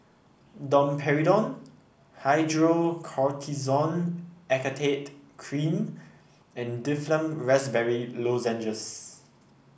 Domperidone Hydrocortisone Acetate Cream and Difflam Raspberry Lozenges